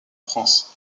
france